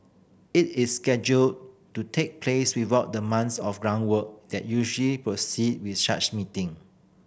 it is scheduled to take place without the months of groundwork that usually precede with such meeting